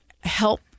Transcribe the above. help